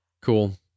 cool